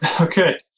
Okay